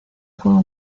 juego